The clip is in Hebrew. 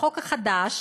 בחוק החדש,